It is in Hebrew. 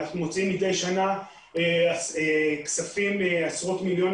מידי שנה אנחנו מוציאים עשרות מיליונים